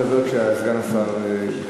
ניתן לו לדבר כשסגן השר ייכנס.